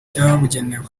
byabugenewe